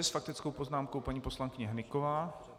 S faktickou poznámkou paní poslankyně Hnyková.